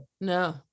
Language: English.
No